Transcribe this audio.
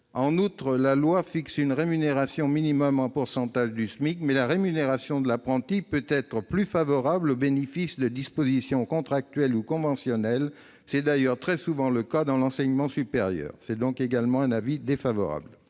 ans. Si la loi fixe un minimum en pourcentage du SMIC, la rémunération de l'apprenti peut être plus favorable au bénéfice de dispositions contractuelles ou conventionnelles. C'est d'ailleurs très souvent le cas dans l'enseignement supérieur. Pour ces raisons, la commission est défavorable